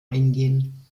eingehen